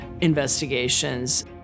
investigations